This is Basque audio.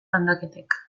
landaketek